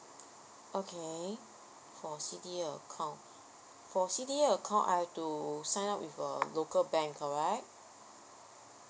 okay for C_D_A account for C_D_A I've to sign up with a local bank correct